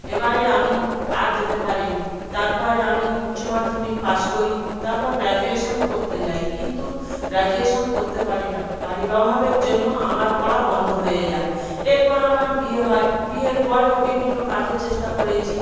এবারে আমি আর যেতে পারিনি তার পরে আমি উচ্চমাধ্যমিক পাস করি তারপর গ্র্যাজুয়েশান করতে যাই কিন্তু গ্র্যাজুয়েশন করতে পারি না বাড়ির অভাবের জন্য আমার পড়া বন্ধ হয়ে যায় এরপর আমার বিয়ে হয় বিয়ের পরেও বিভিন্ন কাজের চেষ্টা করেছি